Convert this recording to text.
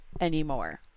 anymore